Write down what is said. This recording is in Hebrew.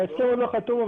ההסכם עוד לא חתום,